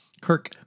Kirk